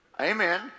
Amen